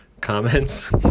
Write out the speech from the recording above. comments